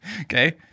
Okay